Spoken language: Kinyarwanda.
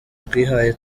twihaye